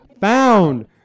found